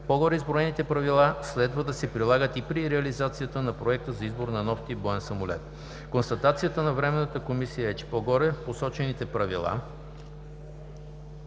по-горе изброените правила следва да се прилагат и при реализацията на Проекта за избор на нов тип боен самолет. Констатацията на Временната комисия е, че по-горе посочените правила